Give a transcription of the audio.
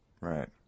Right